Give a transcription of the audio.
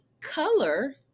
color